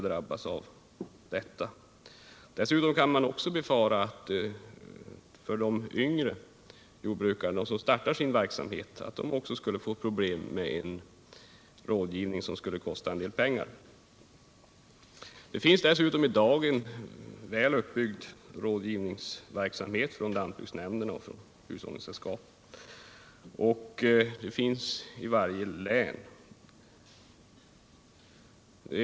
Dessutom kan man befara att de yngre jordbrukare som börjar sin verksamhet skulle få problem med att utnyttja rådgivningen om den kostar pengar. I dag har f. ö. lantbruksnämnderna och hushållningssällskapen i varje län byggt upp en väl fungerande rådgivningsverksamhet.